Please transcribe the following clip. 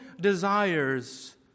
desires